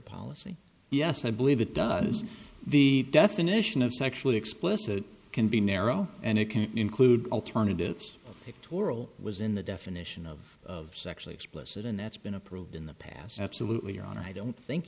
policy yes i believe it does the definition of sexually explicit can be narrow and it can include alternatives toral was in the definition of sexually explicit and that's been approved in the past absolutely your honor i don't think